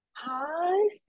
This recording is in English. Hi